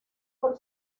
por